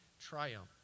triumph